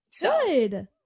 good